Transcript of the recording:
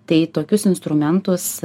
tai tokius instrumentus